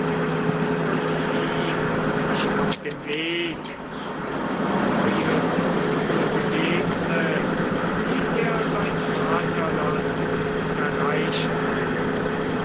und ihm nicht auf dem weg ein neues übel begegne eh er sein vaterland erreicht hat